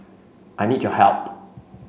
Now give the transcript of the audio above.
I need your help